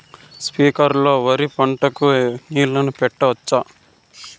స్ప్రింక్లర్లు లో వరి పంటకు నీళ్ళని పెట్టొచ్చా?